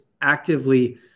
actively